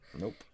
nope